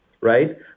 right